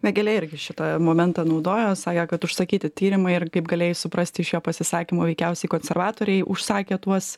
vėgėlė irgi šitą momentą naudojo sakė kad užsakyti tyrimai ir kaip galėjai suprasti iš jo pasisakymų veikiausiai konservatoriai užsakė tuos